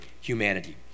humanity